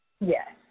Yes